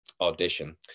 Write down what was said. audition